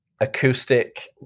acoustic